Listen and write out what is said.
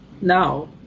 now